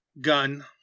gun